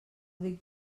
dic